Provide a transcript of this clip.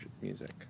music